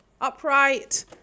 upright